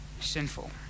sinful